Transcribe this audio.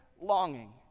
longing